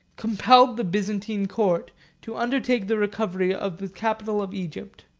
compelled the byzantine court to undertake the recovery of the capital of egypt.